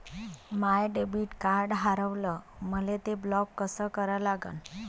माय debit card हारवलं, मले ते ब्लॉक कस करा लागन?